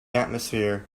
atmosphere